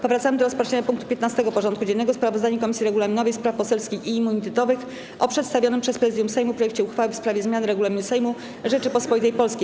Powracamy do rozpatrzenia punktu 15. porządku dziennego: Sprawozdanie Komisji Regulaminowej, Spraw Poselskich i Immunitetowych o przedstawionym przez Prezydium Sejmu projekcie uchwały w sprawie zmiany Regulaminu Sejmu Rzeczypospolitej Polskiej.